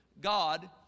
God